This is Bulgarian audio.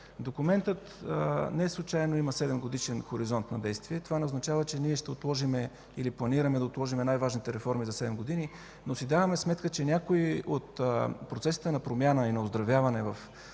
Документът неслучайно има 7-годишен хоризонт на действие. Това не означава, че ние ще отложим или планираме да отложим най-важните реформи за седем години, но си даваме сметка, че някои от процесите на промяна и на оздравяване